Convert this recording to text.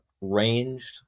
ranged